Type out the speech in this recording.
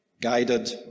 guided